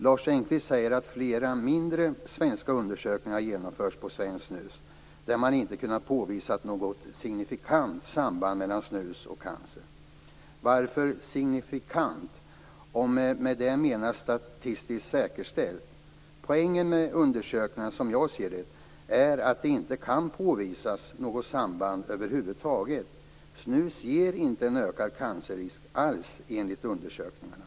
Lars Engqvist säger att flera mindre svenska undersökningar har genomförts på svenskt snus, och att man inte har kunnat påvisa något signifikant samband mellan snus och cancer. Varför säger han signifikant, om med det menas statistiskt säkerställt? Poängen med undersökningen, som jag ser det, är att det inte kan påvisas något samband över huvud taget. Snus ger inte en ökad cancerrisk alls, enligt undersökningarna.